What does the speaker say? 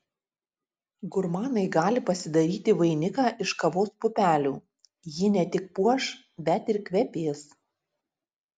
gurmanai gali pasidaryti vainiką iš kavos pupelių ji ne tik puoš bet ir kvepės